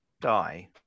die